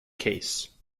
case